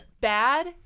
bad